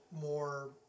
more